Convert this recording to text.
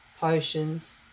potions